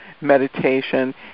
meditation